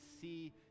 see